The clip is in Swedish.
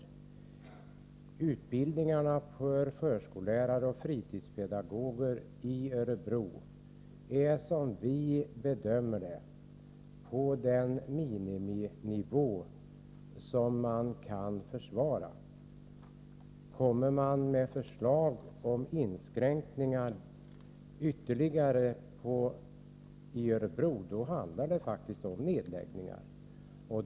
i; Utbildningarna för förskollärare och fritidspedagoger i Örebro är, som vi bedömer det, på den miniminivå som man kan försvara. Om det kommer förslag till ytterligare inskränkningar i Örebro handlar det faktiskt om nedläggning.